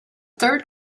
third